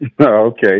Okay